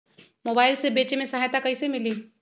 Mobile से बेचे में सहायता कईसे मिली?